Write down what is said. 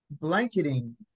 Blanketing